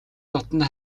дотно